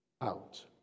out